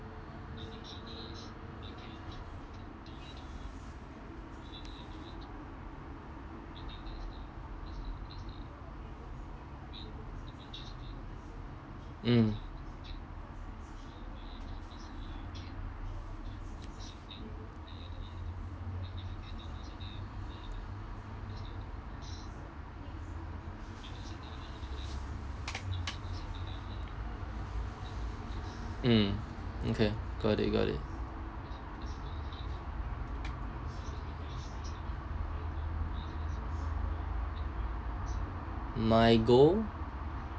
mm mm okay got it got it my goal